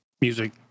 music